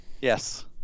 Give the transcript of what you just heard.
Yes